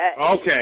Okay